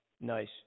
nice